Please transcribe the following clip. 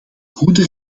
goede